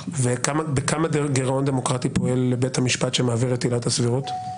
בכמה גירעון דמוקרטי פועל בית המשפט שמעביר את עילת הסבירות?